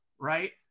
right